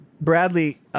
Bradley